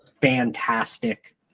fantastic